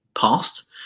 past